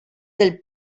del